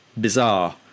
bizarre